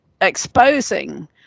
exposing